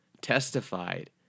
testified